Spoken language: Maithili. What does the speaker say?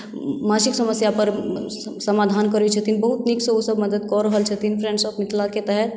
मासिक समस्यापर समाधान करैत छथिन बहुत नीकसँ ओसभ मदद कऽ रहल छथिन फ्रेंड्स ऑफ़ मिथिला के तहत